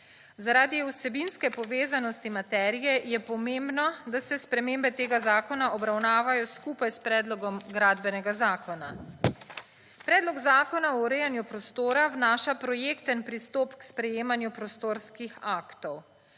zaradi vsebinske povezanosti materije je pomembno, da se spremembe tega zakona obravnavajo skupaj s predlogom gradbenega zakona. Predlog Zakona o urejanju prostora vnaša projekten pristop k sprejemanju prostorskih aktov.